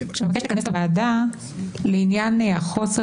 שמבקש לכנס את הוועדה לעניין החוסר